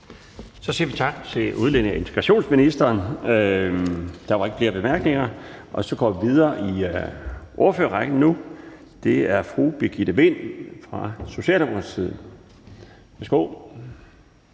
Så siger vi tak til udlændinge- og integrationsministeren. Der er ikke flere korte bemærkninger. Så går vi nu videre i ordførerrækken til fru Birgitte Vind fra Socialdemokratiet.